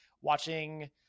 watching